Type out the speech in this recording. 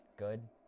Good